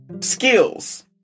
skills